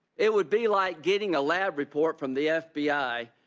it would be like getting a lab report from the f b i,